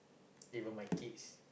even my kids